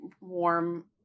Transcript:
warm